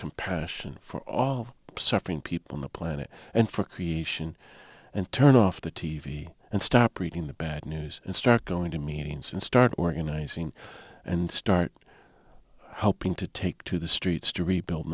compassion for all suffering people on the planet and for creation and turn off the t v and stop reading the bad news and start going to meetings and start organizing and start helping to take to the streets to rebuild